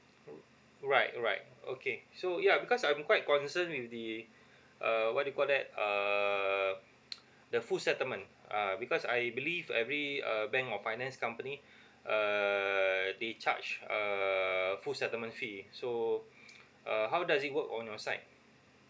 right right okay so yeah because I'm quite concerned with the uh what you call that err the full settlement ah because I believe every uh bank or finance company err they charge err full settlement fee so uh how does it work on your side